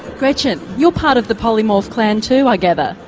gretchen you're part of the polymorph plan too i gather?